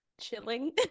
chilling